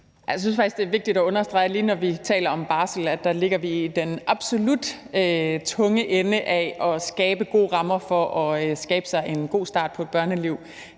Jeg synes faktisk, det er vigtigt at understrege, at når vi taler om barsel, ligger vi her i Danmark i den absolut gode ende i forhold til at skabe gode rammer for at få en god start på et børneliv.